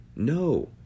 No